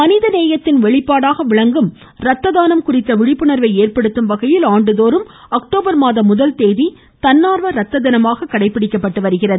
மனித நேயத்தின் வெளிப்பாடாக விளங்கும் ரத்த தானம் குறித்த விழிப்புணர்வை ஏற்படுத்தும்வகையில் ஆண்டுதோறும் அக்டோபர் மாதம் முதல்தேதி தன்னார்வ ரத்த தினமாக கடைப்பிடிக்கப்பட்டு வருகிறது